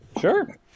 Sure